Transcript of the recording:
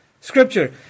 Scripture